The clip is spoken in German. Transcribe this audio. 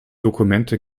dokumente